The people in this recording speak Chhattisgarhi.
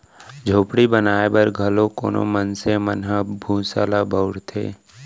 झोपड़ी बनाए बर घलौ कोनो मनसे मन ह भूसा ल बउरथे